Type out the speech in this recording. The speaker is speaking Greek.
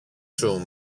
σου